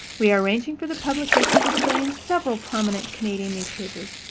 we are arranging for the publication of the story in several prominent canadian newspapers,